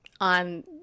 on